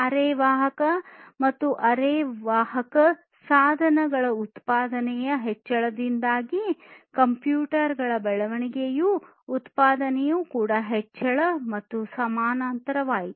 ಅರೆವಾಹಕ ಮತ್ತು ಅರೆವಾಹಕ ಸಾಧನಗಳ ಉತ್ಪಾದನೆಯ ಹೆಚ್ಚಳದಿಂದಾಗಿ ಕಂಪ್ಯೂಟರ್ ಗಳ ಬೆಳವಣಿಗೆಯೂ ಉತ್ಪಾದನೆಯೂ ಕೂಡ ಹೆಚ್ಚಳ ಮತ್ತು ಸಮಾನಾಂತರವಾಗಿತ್ತು